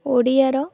ଓଡ଼ିଆର